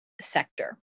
sector